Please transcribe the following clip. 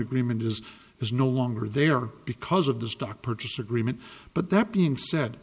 agreement is is no longer there because of the stock purchase agreement but that being said